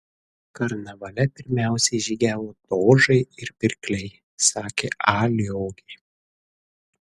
karnavale pirmiausiai žygiavo dožai ir pirkliai sakė a liogė